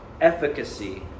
efficacy